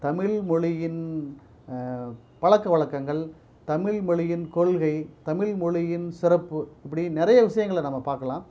தமிழ்மொழியின் பழக்க வழக்கங்கள் தமிழ்மொழியின் கொள்கை தமிழ்மொழியின் சிறப்பு இப்படி நிறைய விஷயங்களை நம்ம பார்க்கலாம்